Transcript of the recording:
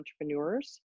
Entrepreneurs